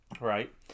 right